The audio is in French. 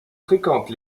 fréquente